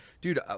dude